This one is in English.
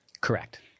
Correct